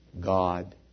God